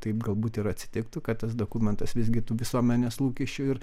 taip galbūt ir atsitiktų kad tas dokumentas visgi tų visuomenės lūkesčių ir